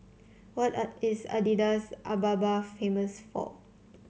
what are is Addis Ababa famous for